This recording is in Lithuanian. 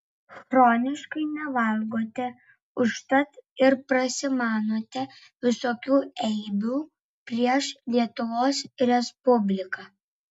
chroniškai nevalgote užtat ir prasimanote visokių eibių prieš lietuvos respubliką